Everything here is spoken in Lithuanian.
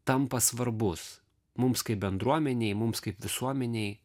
tampa svarbus mums kaip bendruomenei mums kaip visuomenei